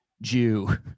Jew